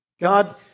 God